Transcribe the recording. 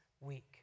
week